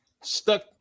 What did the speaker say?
stuck